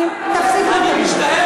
אנחנו שומרים